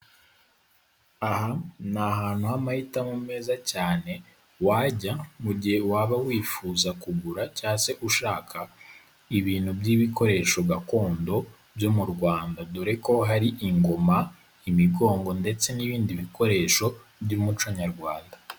Aha ni ahantu h'amahitamo meza cyane wajya mu gihe waba wifuza kugura cyangwa se ushaka ibintu by'ibikoresho gakondo byo mu Rwanda dore ko hari ingoma, imigongo ndetse n'ibindi bikoresho by'umuco nyarwanda.